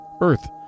earth